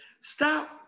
Stop